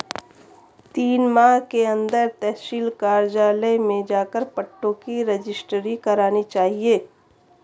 तीन माह के अंदर तहसील कार्यालय में जाकर पट्टों की रजिस्ट्री करानी चाहिए